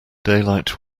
daylight